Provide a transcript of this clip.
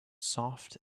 soft